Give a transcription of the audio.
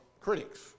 critics